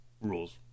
rules